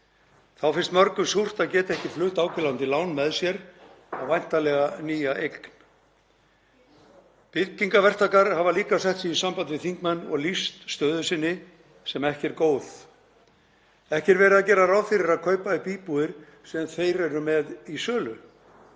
þá finnst mörgum súrt að geta ekki flutt áhvílandi lán með sér, væntanlega á nýja eign. Byggingarverktakar hafa líka sett sig í samband við þingmenn og lýst stöðu sinni sem ekki er góð. Ekki er verið að gera ráð fyrir að kaupa upp íbúðir sem þeir eru með í sölu.